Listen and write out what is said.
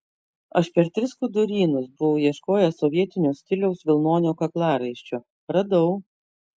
aš per tris skudurynus buvau ieškojęs sovietinio stiliaus vilnonio kaklaraiščio radau